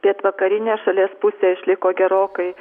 pietvakarinė šalies pusė išliko gerokai